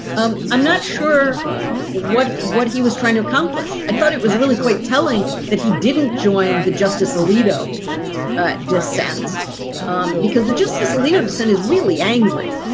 um i'm not sure what what he was trying to accomplish. i thought it was really quite telling that he didn't join the justice alito ah dissents um because the justice alito dissent is really angry.